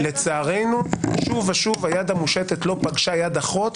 לצערנו שוב ושוב היד המושטת לא פגשה יד אחות,